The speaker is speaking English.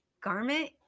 garment